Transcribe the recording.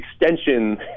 extension